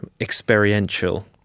experiential